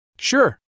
Sure